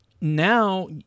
Now